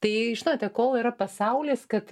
tai žinote kol yra pasaulis kad